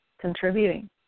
contributing